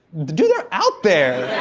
dude, they're out there.